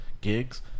gigs